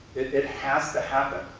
it has to happen.